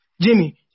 Jimmy